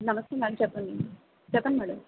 నమస్తే మేడం చెప్పండి చెప్పండి మేడం